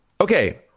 Okay